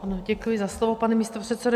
Děkuji za slovo, pane místopředsedo.